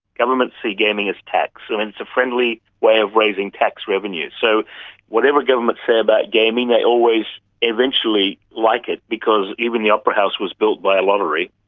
governments see gaming as tax, so and it's a friendly way of raising tax revenue. so whatever governments say about gaming, they always eventually like it because even the opera house was built by a lottery.